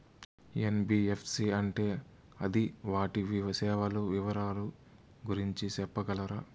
NBFC అంటే అది వాటి సేవలు వివరాలు గురించి సెప్పగలరా?